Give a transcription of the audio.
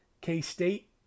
K-State